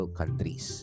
countries